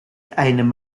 einem